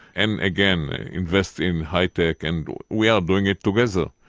and again, invest in high tech, and we are doing it together.